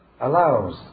allows